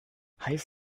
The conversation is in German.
heiß